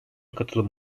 katılım